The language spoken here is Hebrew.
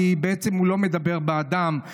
כי בעצם הוא לא מדבר בעדם,